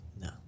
No